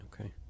Okay